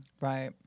Right